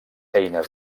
eines